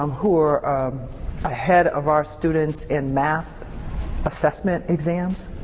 um who are ahead of our students in math assessment exams.